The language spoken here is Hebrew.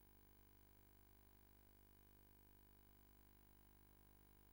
ביהודה ושומרון נתונה לבית המשפט העליון בשבתו